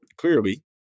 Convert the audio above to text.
clearly